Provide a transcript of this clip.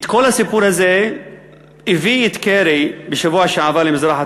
כל הסיפור הזה הביא את קרי בשבוע שעבר למזרח התיכון,